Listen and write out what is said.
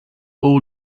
all